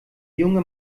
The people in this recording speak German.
junge